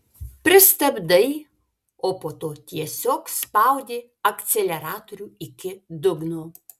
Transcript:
pristabdai o po to tiesiog spaudi akceleratorių iki dugno